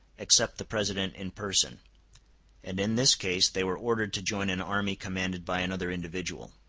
except the president in person and in this case they were ordered to join an army commanded by another individual.